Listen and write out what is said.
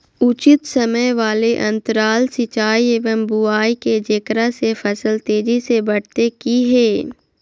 उचित समय वाले अंतराल सिंचाई एवं बुआई के जेकरा से फसल तेजी से बढ़तै कि हेय?